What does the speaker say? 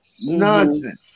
nonsense